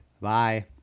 Bye